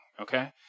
okay